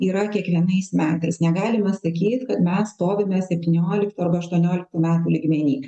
yra kiekvienais metais negalima sakyt kad mes stovime septynioliktų arba aštuonioliktų metų lygmeny